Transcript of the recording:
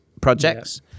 projects